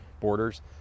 borders